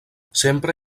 sempre